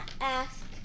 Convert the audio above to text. ask